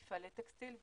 מפעלי טקסטיל וכדומה.